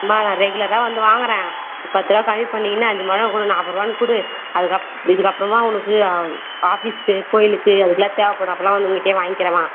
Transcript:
மா நான் ரெகுலராக வந்து வாங்குறேன் நீ பத்துரூவா கம்மி பண்ணீங்கன்னா அஞ்சு முழம் கொடு நாற்பதுருவானு கொடு அதற்கப் இதற்கப்றமா உனக்கு ஆஃபீஸ்க்கு கோவிலுக்கு அதற்கலாம் தேவை படும் அப்போலாம் வந்து உன்கிட்டயே வாங்கிக்குறேன்மா